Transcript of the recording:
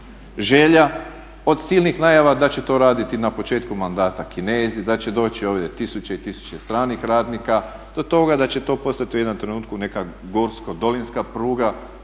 želja od silnih najava da će to raditi na početku mandata Kinezi, da će doći ovdje tisuće i tisuće stranih radnika do toga da će to postati u jednom trenutku neka gorsko dolinska pruga